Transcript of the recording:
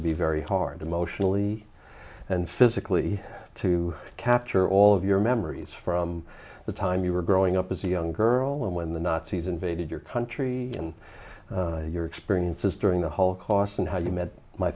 to be very hard emotionally and physically to capture all of your memories from the time you were growing up as a young girl and when the nazis invaded your country and your experiences during the holocaust and how you met my